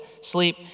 sleep